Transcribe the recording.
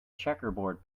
checkerboard